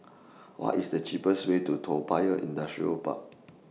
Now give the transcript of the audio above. What IS The cheapest Way to Toa Payoh Industrial Park